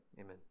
Amen